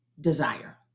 desire